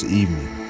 evening